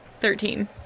Thirteen